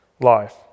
life